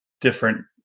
different